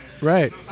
Right